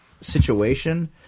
situation